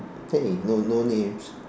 hey no no names